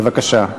בבקשה.